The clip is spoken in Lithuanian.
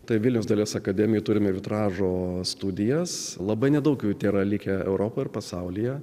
tai vilniaus dailės akademija turime vitražo studijas labai nedaug tėra likę europoje ir pasaulyje